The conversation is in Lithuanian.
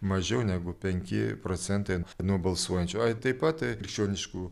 mažiau negu penki procentai nuo balsuojančių ai taip pat krikščioniškų